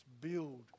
build